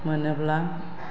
मोनोब्ला